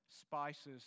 spices